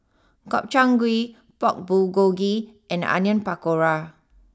Gobchang Gui Pork Bulgogi and Onion Pakora